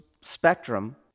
spectrum